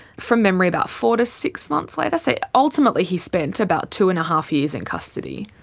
from memory about four to six months later. so ultimately he spent about two and a half years in custody.